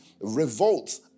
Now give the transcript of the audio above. revolt